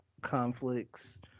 conflicts